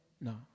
no